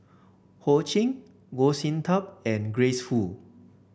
Ho Ching Goh Sin Tub and Grace Fu